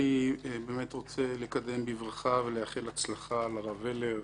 אני באמת רוצה לקדם בברכה ולאחל הצלחה לרב ולר.